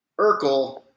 Urkel